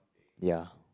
ya